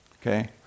Okay